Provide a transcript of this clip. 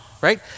right